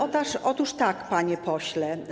Otóż tak, panie pośle.